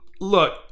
look